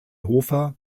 hofer